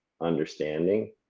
understanding